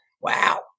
Wow